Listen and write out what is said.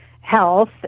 health